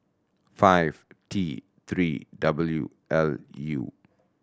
five T Three W L U